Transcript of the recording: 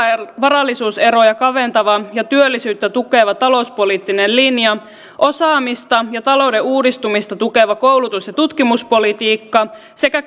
ja varallisuuseroja kaventava ja työllisyyttä tukeva talouspoliittinen linja osaamista ja talouden uudistumista tukeva koulutus ja tutkimuspolitiikka sekä